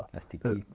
stp.